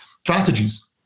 strategies